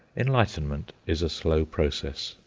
enlightenment is a slow process,